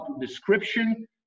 description